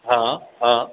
हा हा